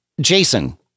Jason